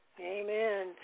Amen